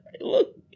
look